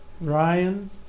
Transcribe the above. ryan